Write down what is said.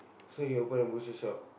so he open a butcher shop